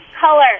color